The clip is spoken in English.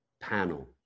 panel